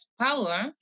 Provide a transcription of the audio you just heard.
power